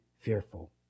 fearful